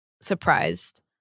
surprised